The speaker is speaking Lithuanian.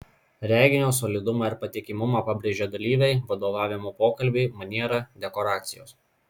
reginio solidumą ir patikimumą pabrėžia dalyviai vadovavimo pokalbiui maniera dekoracijos